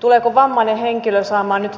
tuleeko vammainen henkilö saamaan